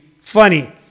funny